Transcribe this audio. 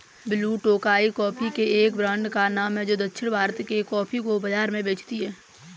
blue Tokai coffee के एक brand का नाम है जो दक्षिण भारत के कॉफी को बाजार में बेचती है